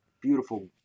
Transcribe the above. beautiful